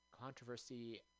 Controversy